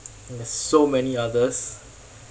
and there's so many others